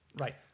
Right